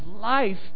life